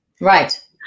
Right